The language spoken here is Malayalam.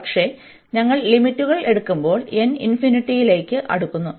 പക്ഷേ ഞങ്ങൾ ലിമിറ്റുകൾ എടുക്കുമ്പോൾ n അടുക്കുന്നു